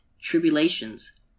Tribulations